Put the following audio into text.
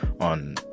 on